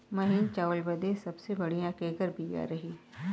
महीन चावल बदे सबसे बढ़िया केकर बिया रही?